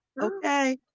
Okay